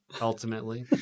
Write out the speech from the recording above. ultimately